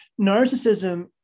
narcissism